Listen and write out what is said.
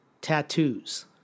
tattoos